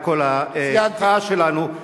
עם כל המחאה שלנו בעניין.